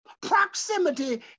Proximity